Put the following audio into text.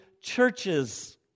churches